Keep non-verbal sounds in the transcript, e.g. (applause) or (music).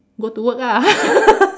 go to work lah (laughs)